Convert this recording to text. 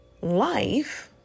life